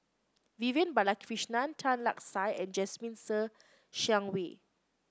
Vivian Balakrishnan Tan Lark Sye and Jasmine Ser Xiang Wei